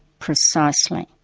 precisely.